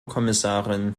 kommissarin